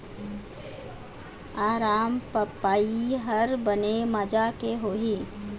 अरमपपई हर बने माजा के होही?